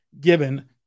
given